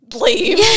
leave